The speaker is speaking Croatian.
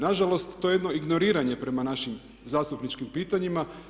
Na žalost to je jedno ignoriranje prema našim zastupničkim pitanjima.